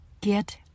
get